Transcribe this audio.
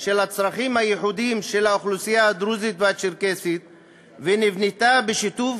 של הצרכים הייחודיים של האוכלוסייה הדרוזית והצ'רקסית ונבנתה בשיתוף